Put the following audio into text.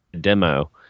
demo